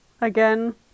again